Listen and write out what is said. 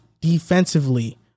defensively